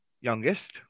youngest